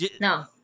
No